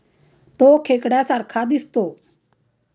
तो खेकड्या सारखा दिसतो